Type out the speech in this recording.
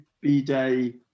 B-Day